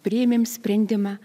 priėmėm sprendimą